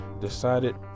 decided